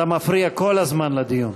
אתה מפריע כל הזמן לדיון.